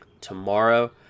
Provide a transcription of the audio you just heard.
tomorrow